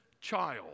child